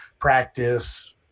practice